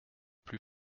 plus